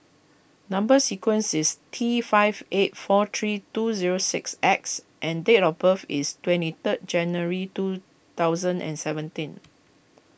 Number Sequence is T five eight four three two zero six X and date of birth is twenty third January two thousand and seventeen